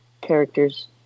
characters